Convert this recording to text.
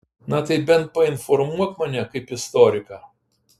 na tai bent painformuok mane kaip istoriką